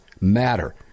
matter